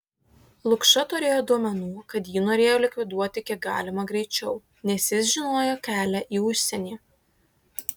lukša turėjo duomenų kad jį norėjo likviduoti kiek galima greičiau nes jis žinojo kelią į užsienį